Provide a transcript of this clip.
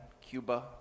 Cuba